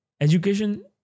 Education